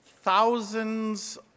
thousands